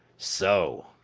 so.